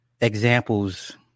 examples